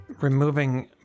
removing